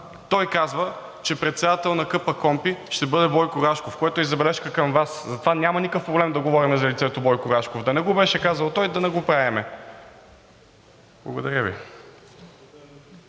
Той казва, че председател на КПКОНПИ ще бъде Бойко Рашков, което е забележка към Вас. Затова няма никакъв проблем да говорим за лицето Бойко Рашков – да не го беше казал той, да не го правим. Благодаря Ви.